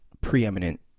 preeminent